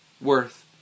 worth